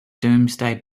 domesday